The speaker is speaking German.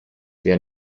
wer